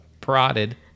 prodded